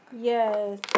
Yes